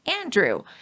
Andrew